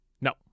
No